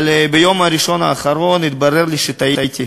אבל ביום הראשון האחרון התברר לי שטעיתי.